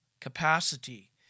capacity